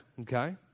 okay